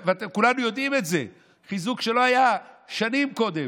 וכולנו יודעים את זה, חיזוק שלא היה שנים קודם.